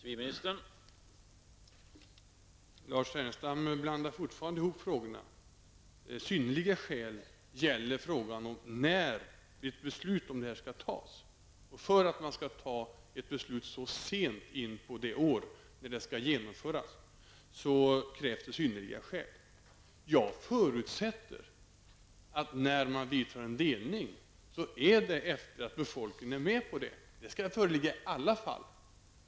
Herr talman! Lars Ernestam blandar fortfarande ihop frågorna. Synnerliga skäl gäller frågan om när beslutet skall fattas. För att ett beslut skall fattas så sent in på det år som det skall genomföras, krävs det synnerliga skäl. Jag förutsätter att när en delning vidtas görs det när befolkningen är med på det. Det skall föreligga en majoritet i alla fall.